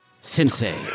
Sensei